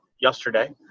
yesterday